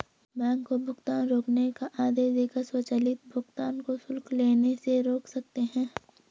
bank को भुगतान रोकने का आदेश देकर स्वचालित भुगतान को शुल्क लेने से रोक सकते हैं